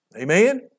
Amen